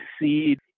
seed